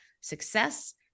success